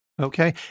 Okay